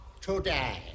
today